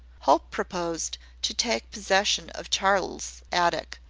hope proposed to take possession of charles's attic,